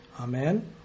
Amen